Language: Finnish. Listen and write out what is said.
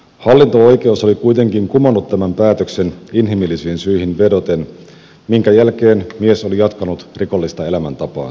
hallinto oikeus oli kuitenkin kumonnut tämän päätöksen inhimillisiin syihin vedoten minkä jälkeen mies oli jatkanut rikollista elämäntapaansa